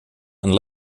and